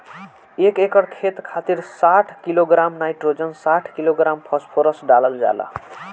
एक एकड़ खेत खातिर साठ किलोग्राम नाइट्रोजन साठ किलोग्राम फास्फोरस डालल जाला?